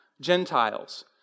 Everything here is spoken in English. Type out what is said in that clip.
Gentiles